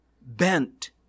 bent